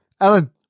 Alan